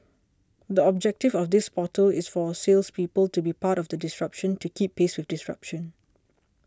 the objective of this portal is for salespeople to be part of the disruption to keep pace with disruption